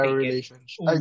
relationship